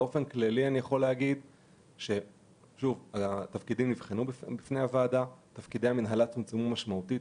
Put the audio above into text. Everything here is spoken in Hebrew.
באופן כללי אני יכול להגיד שתפקידי המינהלה צומצמו באופן משמעותי.